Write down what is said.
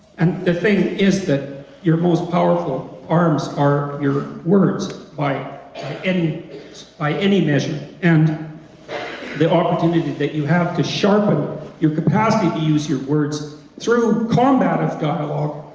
and the thing is that your most powerful arms are your words, by by any measurement, and the opportunity that you have to sharpen your capacity to use your words through combative dialogue,